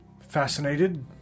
fascinated